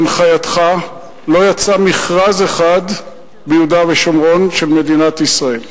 בהנחייתך לא יצא מכרז אחד ביהודה ושומרון של מדינת ישראל.